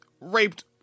raped